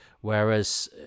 whereas